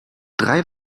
drei